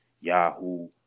Yahoo